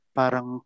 parang